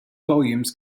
volumes